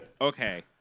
okay